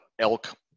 elk